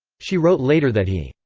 she wrote later that he,